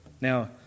Now